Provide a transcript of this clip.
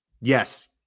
Yes